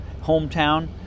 hometown